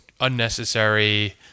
unnecessary